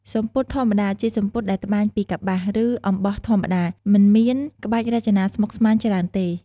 សំពត់ធម្មតា ជាសំពត់ដែលត្បាញពីកប្បាស ឬអំបោះធម្មតា មិនមានក្បាច់រចនាស្មុគស្មាញច្រើនទេ។